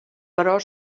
però